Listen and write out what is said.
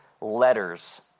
letters